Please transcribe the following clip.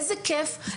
איזה כיף.